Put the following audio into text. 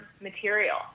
material